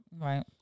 right